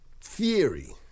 theory